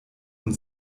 und